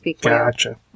Gotcha